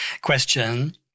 question